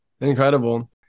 Incredible